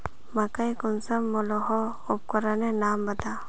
मकई कुंसम मलोहो उपकरनेर नाम बता?